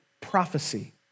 prophecy